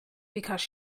because